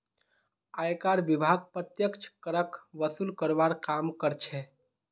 आयकर विभाग प्रत्यक्ष करक वसूल करवार काम कर्छे